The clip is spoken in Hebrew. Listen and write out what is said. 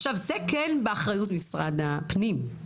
וזה כן באחריות משרד הפנים.